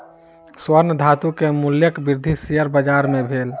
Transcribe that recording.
स्वर्ण धातु के मूल्यक वृद्धि शेयर बाजार मे भेल